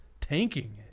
tanking